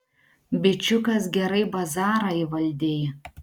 bičiukas gerai bazarą įvaldei